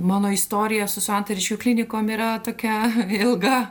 mano istorija su santariškių klinikų yra tokia ilga